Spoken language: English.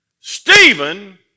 Stephen